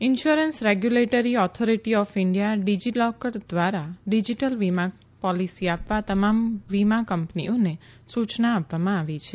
insurance regulatory authority of India DigiLocker દ્વારા digital વીમા policy આપવા તમામ વીમા કંપનીઓને સુચના આપવામાં આવી છે